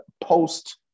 post